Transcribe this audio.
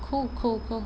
cool cool cool